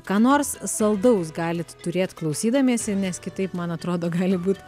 ką nors saldaus galit turėt klausydamiesi nes kitaip man atrodo gali būt